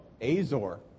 Azor